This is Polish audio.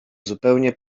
zupełnie